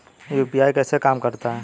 UPI कैसे काम करता है?